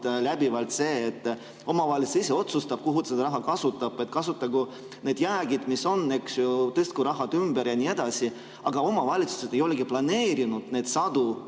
läbivalt see, et omavalitsus ise otsustab, kuhu ta seda raha kasutab, kasutagu need jäägid, mis on, eks ju, tõstku raha ümber ja nii edasi. Aga omavalitsused ei olegi planeerinud neid sadu